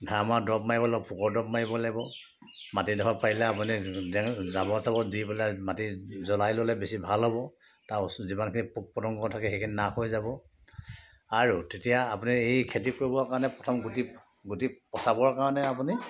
ঘাঁহ মৰা দৰৱ মাৰিব লাগিব পোকৰ দৰৱ মাৰিব লাগিব মাটিডোখৰ পাৰিলে আপুনি জেং জাবৰ চাবৰ দি পেলাই মাটি জ্ৱলাই ল'লে বেছি ভাল হ'ব তাৰ ওচৰত যিমানখিনি পোক পতংগ থাকে সেইখিনি নাশ হৈ যাব আৰু তেতিয়া আপুনি এই খেতি কৰিবৰ কাৰণে প্ৰথম গুটি গুটি পচাবৰ কাৰণে আপুনি